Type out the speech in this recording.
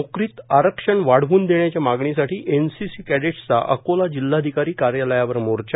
नोकरीत आरक्षण वाढवून देण्याच्या मागणीसाठी एनसीसी कॅडेट्सचा अकोला जिल्हाधिकारी कार्यालयावर मोर्चा